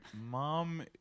mom